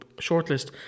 shortlist